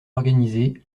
organisée